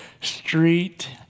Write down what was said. street